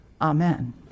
amen